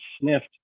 sniffed